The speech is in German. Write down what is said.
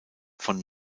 von